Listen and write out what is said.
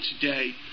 today